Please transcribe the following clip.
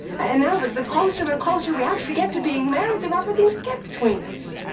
and now, that the closer and closer we actually get to being married, the rougher things get between us.